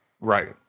Right